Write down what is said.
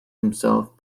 himself